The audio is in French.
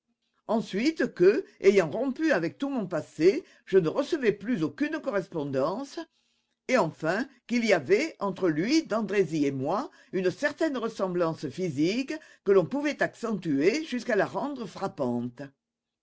ensuite que ayant rompu avec tout mon passé je ne recevais plus aucune correspondance et enfin qu'il y avait entre lui d'andrésy et moi une certaine ressemblance physique que l'on pouvait accentuer jusqu'à la rendre frappante